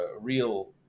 real